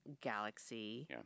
galaxy